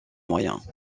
moyens